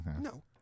No